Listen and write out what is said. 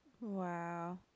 Wow